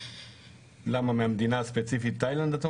למה מהמדינה הספציפית תאילנד, את שואלת?